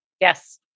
Yes